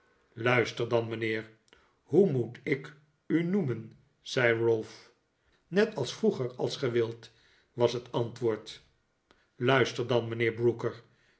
luister dan mijnheer hoe moet ik u noemen zei ralph net als vroeger als ge wilt was het antwoord luister dan mijnheer brooker